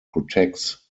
protects